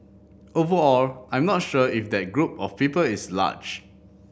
overall I'm not sure if that group of people is large